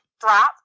drop